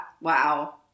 Wow